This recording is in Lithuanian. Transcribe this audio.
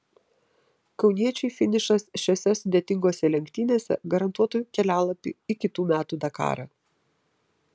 kauniečiui finišas šiose sudėtingose lenktynėse garantuotų kelialapį į kitų metų dakarą